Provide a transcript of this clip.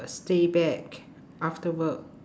stay back after work